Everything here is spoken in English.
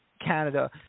Canada